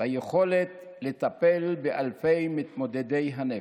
ביכולת לטפל באלפי מתמודדי הנפש,